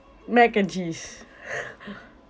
mac and cheese